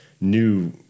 new